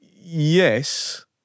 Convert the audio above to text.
Yes